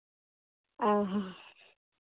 ᱚ ᱦᱚᱸ